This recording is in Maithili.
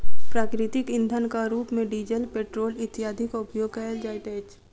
प्राकृतिक इंधनक रूप मे डीजल, पेट्रोल इत्यादिक उपयोग कयल जाइत अछि